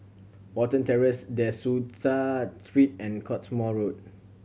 Watten Terrace De Souza Street and Cottesmore Road